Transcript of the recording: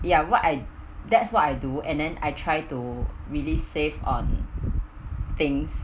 ya what I that's what I do and then I try to really save on things